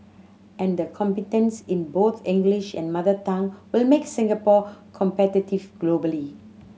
and the competence in both English and mother tongue will make Singapore competitive globally